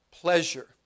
pleasure